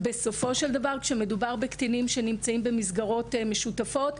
כשמדובר בקטינים שנמצאות במסגרות משותפות,